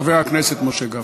חבר הכנסת משה גפני.